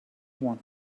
want